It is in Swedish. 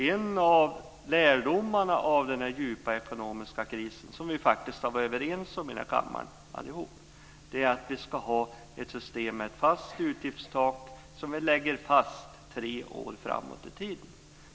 En av lärdomarna av den djupa ekonomiska krisen, som vi faktiskt kan vara överens om allihop i den här kammaren, är att vi ska ha ett system med ett fast utgiftstak som vi lägger fast tre år framåt i tiden.